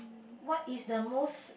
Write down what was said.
what is the most